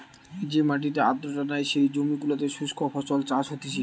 যে মাটিতে আর্দ্রতা নাই, যেই জমি গুলোতে শুস্ক ফসল চাষ হতিছে